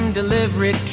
delivery